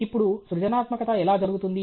ఇప్పుడు సృజనాత్మకత ఎలా జరుగుతుంది